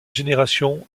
génération